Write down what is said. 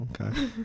Okay